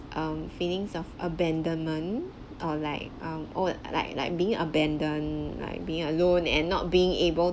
um feelings of abandonment or like um or like like being abandoned like being alone and not being able